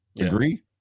agree